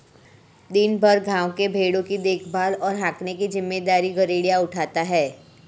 दिन भर गाँव के भेंड़ों की देखभाल और हाँकने की जिम्मेदारी गरेड़िया उठाता है